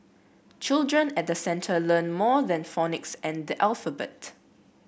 children at the centre learn more than phonics and the alphabet